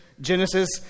Genesis